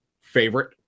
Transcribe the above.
favorite